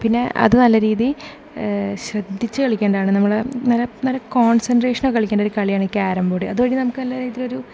പിന്നെ അത് നല്ല രീതി ശ്രദ്ധിച്ചുകളിക്കേണ്ട ആണ് നമ്മളെ നല്ല നല്ല കോൺസെൻട്രേഷനിൽ കളിക്കേണ്ട ഒരു കളിയാണ് കാരം ബോർഡ് അതുവഴി നമുക്ക് നല്ല ഇതൊരു